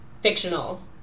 fictional